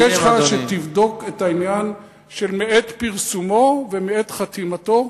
אני מבקש ממך שתבדוק את העניין של מעת פרסומו ומעת חתימתו,